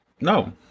no